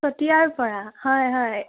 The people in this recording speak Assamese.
চতিয়াৰ পৰা হয় হয়